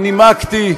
ואני חושב שאני נימקתי,